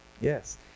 Yes